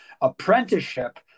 apprenticeship